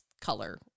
color